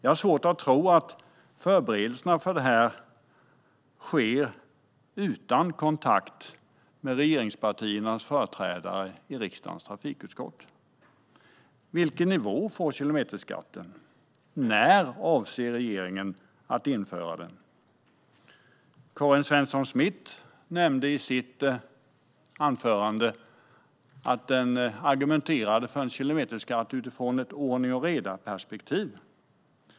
Jag har svårt att tro att förberedelserna för detta sker utan kontakt med regeringspartiernas företrädare i riksdagens trafikutskott. Vilken nivå får kilometerskatten? När avser regeringen att införa den? Karin Svensson Smith nämnde i sitt anförande att man argumenterade för en kilometerskatt utifrån ett ordning-och-reda-perspektiv.